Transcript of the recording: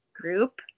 group